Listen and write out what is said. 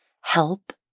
help